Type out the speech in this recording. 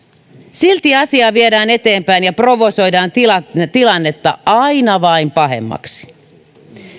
silti asiaa viedään eteenpäin ja provosoidaan tilannetta aina vain pahemmaksi